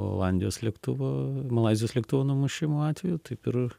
olandijos lėktuvo malaizijos lėktuvo numušimo atveju taip ir